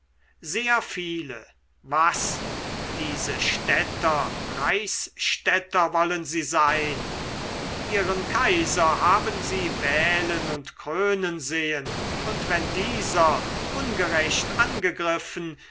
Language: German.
sehr viele was diese städter reichsstädter wollen sie sein ihren kaiser haben sie wählen und krönen sehen und wenn dieser ungerecht angegriffen